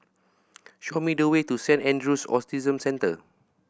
show me the way to Saint Andrew's Autism Centre